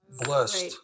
blessed